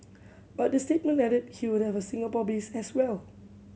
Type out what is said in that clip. but the statement added he would have a Singapore base as well